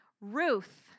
Ruth